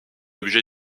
objets